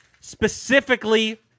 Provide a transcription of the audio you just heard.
specifically